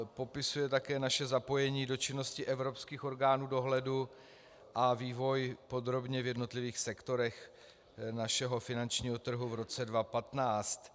Popisuje také naše zapojení do činnosti evropských orgánů dohledu a vývoj podrobně v jednotlivých sektorech našeho finančního trhu v roce 2015.